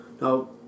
Now